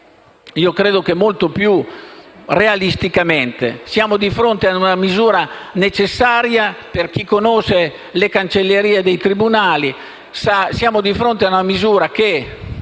Io credo che, molto più realisticamente, siamo di fronte ad una misura necessaria per chi conosce le cancellerie dei tribunali; siamo di fronte ad una misura che